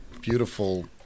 beautiful